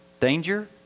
danger